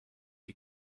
you